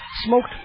smoked